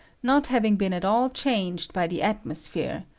not having been at all changed by the atmospliere,